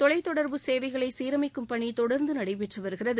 தொலைத்தொடர்பு சேவைகளை சீரமைக்கும் பணி தொடர்ந்து நடைபெற்று வருகிறது